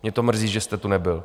Mě to mrzí, že jste tu nebyl.